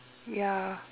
ya